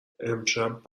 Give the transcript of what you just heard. امشب